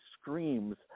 screams